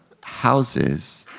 houses